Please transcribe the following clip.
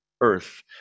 earth